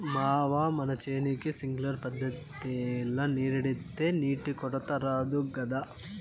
మావా మన చేనుకి సింక్లర్ పద్ధతిల నీరెడితే నీటి కొరత రాదు గదా